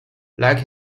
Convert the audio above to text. like